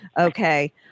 Okay